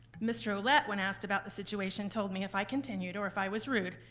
mr. ouellette, when asked about the situation, told me if i continued or if i was rude,